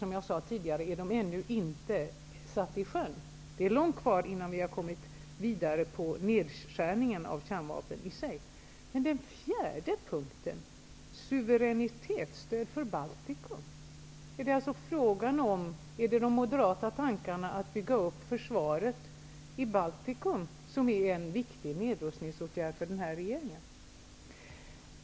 Som jag sade tidigare är de ännu inte satta i sjön. Det är långt kvar till dess att vi har kommit vidare med nedskärningen av kärnvapen i sig. Baltikum. Finns det moderata tankar på att bygga upp försvaret i Baltikum? Det är ju en viktig nedrustningsåtgärd för den här regeringen.